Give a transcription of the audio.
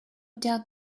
doubt